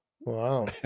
Wow